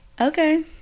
Okay